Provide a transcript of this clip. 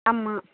ஆமாம்